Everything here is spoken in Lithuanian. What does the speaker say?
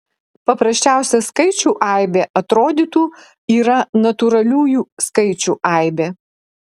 paprasčiausia skaičių aibė atrodytų yra natūraliųjų skaičių aibė